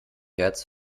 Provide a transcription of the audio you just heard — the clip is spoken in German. hertz